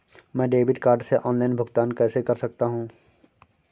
मैं debit card से online भुगतान कैसे कर सकता हूँ?